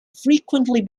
frequently